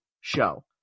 show